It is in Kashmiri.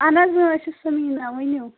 اَہَن حظ أسۍ چھِ سمیٖنا ؤنِو